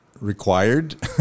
required